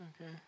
Okay